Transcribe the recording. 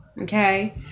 okay